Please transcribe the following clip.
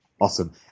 Awesome